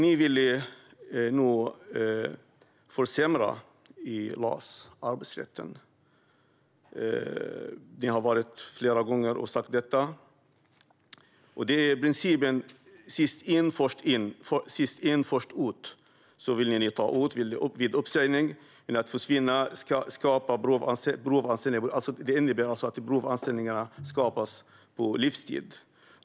Ni vill försämra LAS och arbetsrätten. Ni har sagt det flera gånger. Ni vill ta bort principen om sist in först ut vid uppsägning, vilket skulle innebära att det skapas provanställningar på livstid.